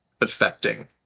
affecting